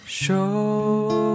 Show